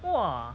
!wah!